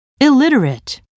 illiterate